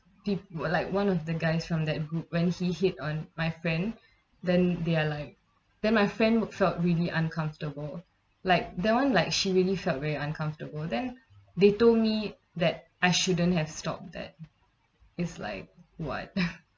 they were like one of the guys from that group when he hit on my friend then they are like then my friend would felt really uncomfortable like that [one] like she really felt very uncomfortable then they told me that I shouldn't have stopped that it's like what